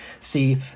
see